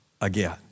again